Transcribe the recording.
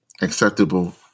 acceptable